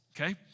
okay